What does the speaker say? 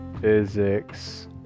physics